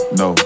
no